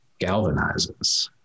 galvanizes